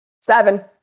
Seven